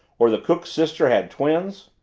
or the cook's sister had twins?